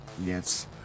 Yes